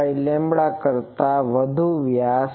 05λ lambda કરતા વધુનો વ્યાસ